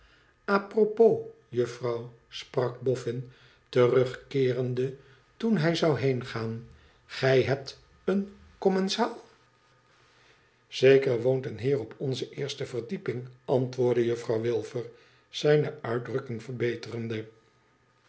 apropos juffrouw sprak bofi terugkeerende toen hij zou heengaan gij hebt een commensaal zeker woont een heer op onze eerste verdieping antwoordde juffrouw wilfer zijne uitdrukkmg verbeterende